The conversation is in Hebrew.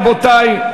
רבותי,